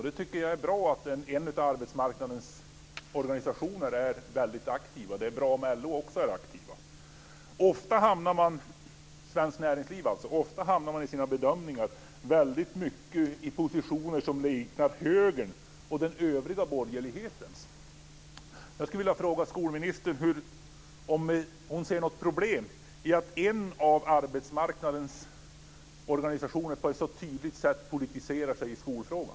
Det är bra att en av arbetsmarknadens organisationer är väldigt aktiv. Det är bra om även LO är aktiv. Ofta hamnar Svenskt Näringsliv i sina bedömningar i positioner som liknar högern och den övriga borgerligheten. Ser skolministern något problem i att en av arbetsmarknadens organisationer på ett så tydligt sätt politiserar sig i skolfrågan?